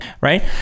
right